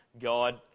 god